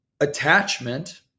attachment